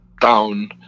down